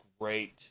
great